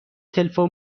تلفن